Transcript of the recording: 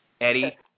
Eddie